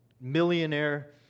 millionaire